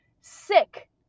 sick